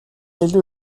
илүү